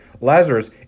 Lazarus